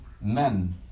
men